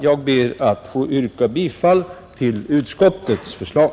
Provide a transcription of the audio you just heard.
Jag ber att få yrka bifall till utskottets förslag.